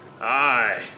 Aye